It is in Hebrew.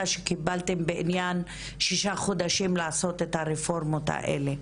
שקיבלתם בעניין ששת החודשים לעשות את הרפורמות האלה.